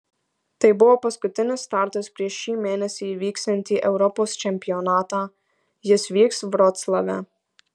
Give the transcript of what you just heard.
tai buvo paskutinis startas prieš šį mėnesį įvyksiantį europos čempionatą jis vyks vroclave